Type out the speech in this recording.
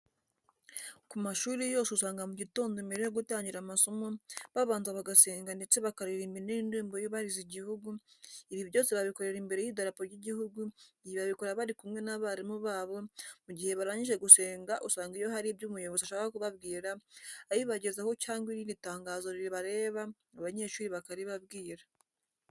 Ku mashuri yose usanga mugitondo mbere yo gutangira amasomo babanza bagasenga ndetse bakaririmba n'indirimo y'ubahiriza igihugu, ibi byose babikorera imbere y'idarapo ry'igihugu, ibi babikora bari kumwe n'abarimu babo, mugihe barangije gusenga usanga iyo hari ibyo umuyobozi ashaka kubabwira abibagezaho cyangwa irindi tangazo rireba abanyeshuri bakaribabwira.